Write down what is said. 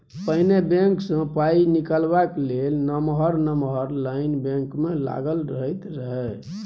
पहिने बैंक सँ पाइ निकालबाक लेल नमहर नमहर लाइन बैंक मे लागल रहैत रहय